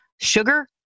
sugar